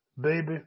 baby